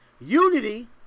Unity